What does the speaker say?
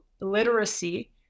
literacy